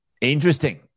interesting